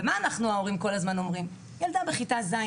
ההורים כל הזמן אומרים: ילדה בכיתה ז',